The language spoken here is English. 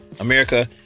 America